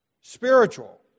Spiritual